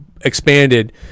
expanded